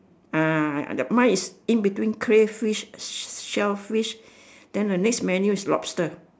ah the mine is in between crayfish and shellfish then the next menu is lobster